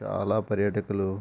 చాలా పర్యాటకులు